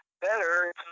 better